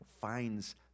finds